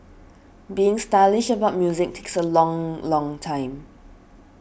being stylish about music takes a long long time